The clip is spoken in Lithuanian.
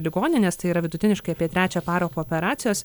ligoninės tai yra vidutiniškai apie trečią parą po operacijos